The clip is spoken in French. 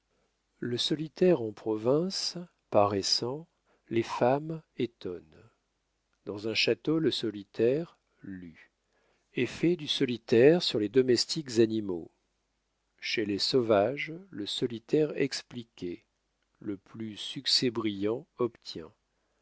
le solitaire en province paraissant les femmes étonne dans un château le solitaire lu effet du solitaire sur les domestiques animaux chez les sauvages le solitaire expliqué le plus succès brillant obtient